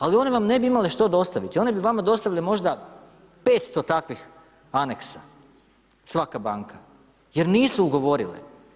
Ali one vam ne bi imale što dostaviti, one bi vama dostavile možda 500 takvih aneksa svaka banka jer nisu ugovorile.